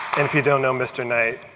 if you don't know mr. knight,